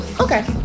Okay